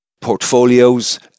portfolios